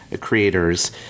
creators